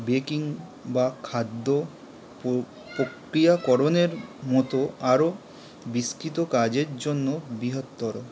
baking বা খাদ্য প্রক্রিয়াকরণের মতো আরও বিস্তৃত কাজের জন্য বৃহত্তর